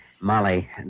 Molly